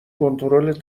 کنترل